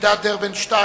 בוועידת "דרבן 2"